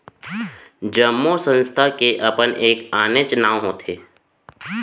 जम्मो संस्था के अपन एक आनेच्च नांव होथे